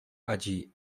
allí